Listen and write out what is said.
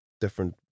different